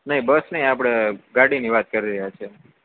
નહીં બસ નહીં આપણે ગાડીની વાત કરી રહ્યા છીએ